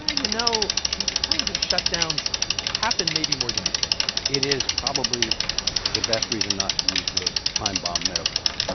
ah you know, these kinds of shutdowns they happen maybe more than you think it is probably the best reason not to use the time bomb metaphor